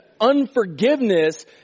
unforgiveness